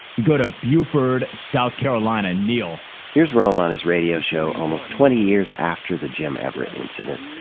we go to beaufort, south carolina, neal, here's rome on his radio show almost twenty years after the jim everett incident,